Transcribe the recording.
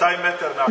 200 מטר מהכנסת.